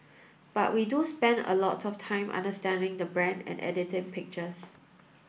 but we do spend a lot of time understanding the brand and editing pictures